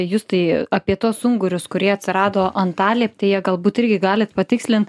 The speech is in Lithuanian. justai apie tuos ungurius kurie atsirado antalieptėje galbūt irgi galit patikslint